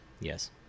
Yes